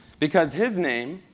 because his name,